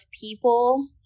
people